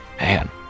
man